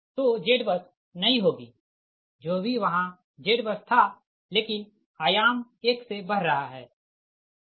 तो Z bus नई होगी जो भी वहाँ ZBUS था लेकिन आयाम एक से बढ़ रहा है